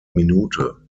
minute